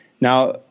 Now